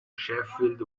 sheffield